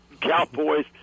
Cowboys